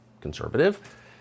conservative